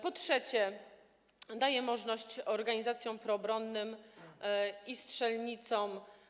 Po trzecie, daje ona możność organizacjom proobronnym i strzelnicom.